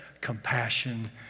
compassion